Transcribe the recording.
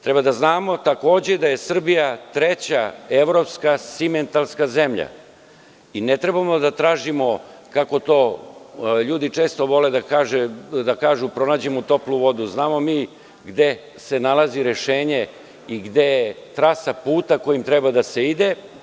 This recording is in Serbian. Treba da znamo, takođe, da je Srbija treća evropska simentalska zemlja i ne trebamo da tražimo, kako to ljudi često vole da kažu – da pronađemo toplu vodu, jer znamo mi gde se nalazi rešenje i gde je trasa puta kojim treba da se ide.